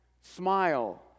smile